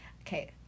Okay